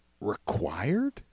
required